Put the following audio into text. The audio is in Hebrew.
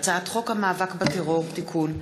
הצעת חוק המאבק בטרור (תיקון),